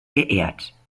geehrt